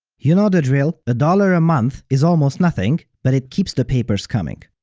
you know the drill, a dollar a month is almost nothing, but it keeps the papers coming.